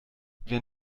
wer